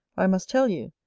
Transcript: i must tell you,